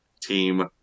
team